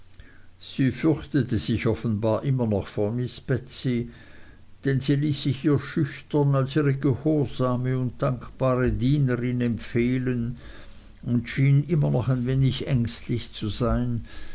sie fürchtete sich offenbar immer noch vor miß betsey denn sie ließ sich ihr schüchtern als ihre gehorsame und dankbare dienerin empfehlen und schien immer noch ein wenig ängstlich zu sein